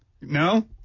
No